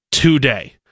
today